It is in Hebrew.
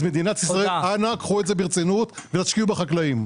אז מדינת ישראל אנא קחו את זה ברצינות והשקיעו בחקלאות.